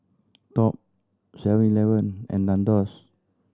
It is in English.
top Seven Eleven and Nandos